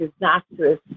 disastrous